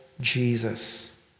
Jesus